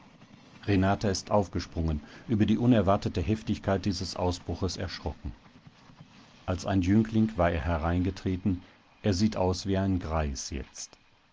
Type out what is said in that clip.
renata ist aufgesprungen über die unerwartete heftigkeit dieses ausbruches erschrocken als ein jüngling war er hereingetreten er sieht aus wie ein greis jetzt